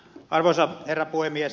arvoisa herra puhemies